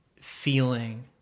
feeling